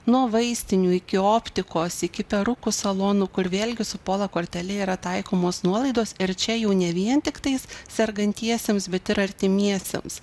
nuo vaistinių iki optikos iki perukų salonų kur vėlgi su pola kortele yra taikomos nuolaidos ir čia jau ne vien tiktais sergantiesiems bet ir artimiesiems